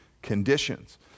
Conditions